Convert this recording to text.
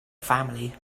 family